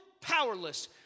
powerless